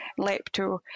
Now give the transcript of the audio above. Lepto